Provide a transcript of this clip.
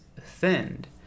thinned